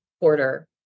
quarter